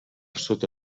sota